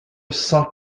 cent